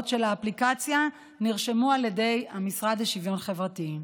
של האפליקציה נרשמו על ידי המשרד לשוויון חברתי.